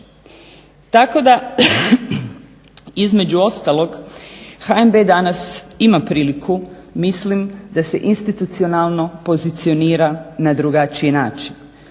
Tako da, između ostalog, HNB danas ima priliku mislim da se institucionalno pozicionira na drugačiji način,